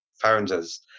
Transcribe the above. founders